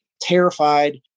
terrified